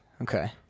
Okay